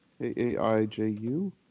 A-A-I-J-U